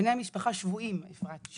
בני המשפחה שבויים, אפרת.